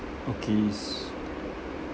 okay s~